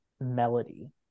Melody